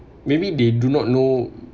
maybe they do not know